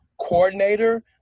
coordinator